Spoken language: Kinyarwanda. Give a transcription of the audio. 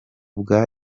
bwa